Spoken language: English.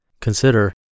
Consider